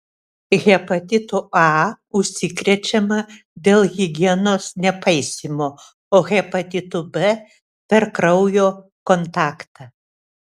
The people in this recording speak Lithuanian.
hepatitu a užsikrečiama dėl higienos nepaisymo o hepatitu b per kraujo kontaktą